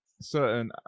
certain